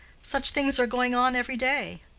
such things are going on every day.